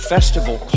Festival